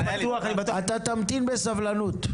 אתה תמתין בסבלנות.